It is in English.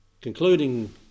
Concluding